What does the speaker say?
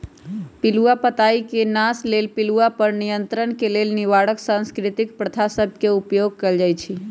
पिलूआ पताई के नाश लेल पिलुआ पर नियंत्रण के लेल निवारक सांस्कृतिक प्रथा सभ के उपयोग कएल जाइ छइ